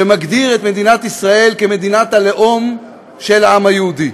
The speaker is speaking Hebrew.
שמגדיר את מדינת ישראל כמדינת הלאום של העם היהודי.